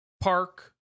park